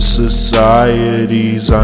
societies